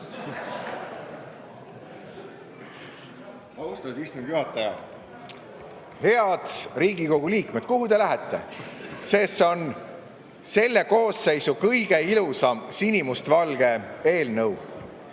Austatud istungi juhataja! Head Riigikogu liikmed, kuhu te lähete? See on ju selle koosseisu kõige ilusam sinimustvalge eelnõu.